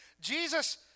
Jesus